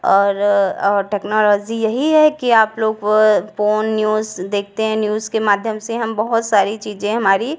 और और टेक्नोलॉज़ी यही है कि आप लोग फ़ोन न्यूज़ देखते हैं न्यूज़ के माध्यम से हम बहुत सारी चीज़ें हमारी